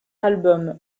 album